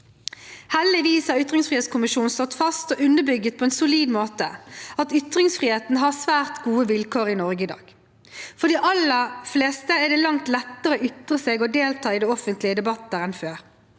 Heldigvis har ytringsfrihetskommisjonen slått fast og underbygd på en solid måte at ytringsfriheten har svært gode vilkår i Norge i dag: – For de aller fleste er det langt lettere å ytre seg og delta i de offentlige debatter enn før.